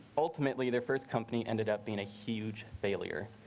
ultimately their first company ended up being a huge failure.